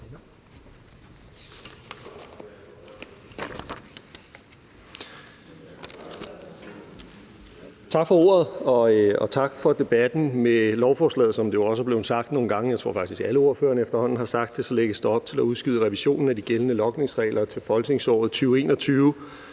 Tak for ordet og tak for debatten. Med lovforslaget lægges der op til, hvad der jo også er blevet sagt nogle gange – jeg tror faktisk, at alle ordførerne efterhånden har sagt det – at udskyde revisionen af de gældende logningsregler til folketingsåret 2020-2021.